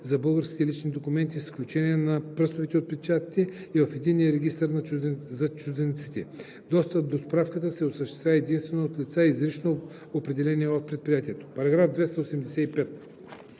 за българските лични документи, с изключение на пръстовите отпечатъци, и в единния регистър за чужденците. Достъп до справката се осъществява единствено от лица, изрично определени от предприятието.“